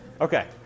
Okay